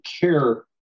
care